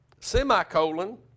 semicolon